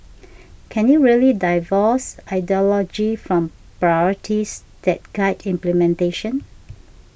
can you really divorce ideology from priorities that guide implementation